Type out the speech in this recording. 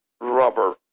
rubber